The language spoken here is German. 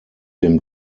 dem